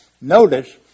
notice